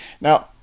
Now